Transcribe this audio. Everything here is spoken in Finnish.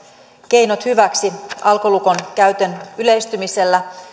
keinot hyväksi alkolukon käytön yleistymisellä